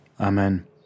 Amen